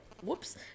whoops